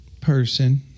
person